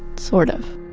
sort of